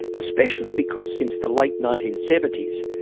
especially because since the late nineteen seventy s,